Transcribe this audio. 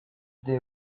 they